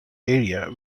area